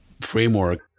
framework